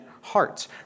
hearts